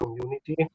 community